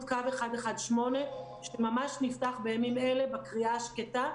קו 118 שממש נפתח בימים אלה בקריאה השקטה,